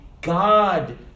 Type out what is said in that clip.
God